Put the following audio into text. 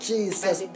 Jesus